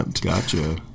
Gotcha